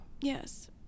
Yes